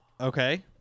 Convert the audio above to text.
Okay